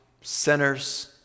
sinners